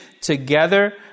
together